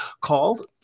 called